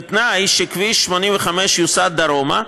בתנאי שכביש 85 יוסט דרומה,